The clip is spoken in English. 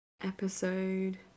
episode